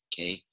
Okay